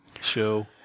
show